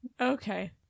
Okay